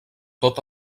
tot